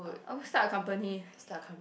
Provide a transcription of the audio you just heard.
I'll start a company